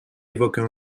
évoquent